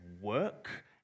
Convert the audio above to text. work